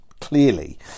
clearly